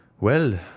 Well